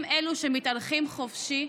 הם שמתהלכים חופשי,